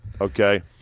Okay